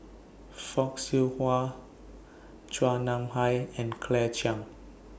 Fock Siew Wah Chua Nam Hai and Claire Chiang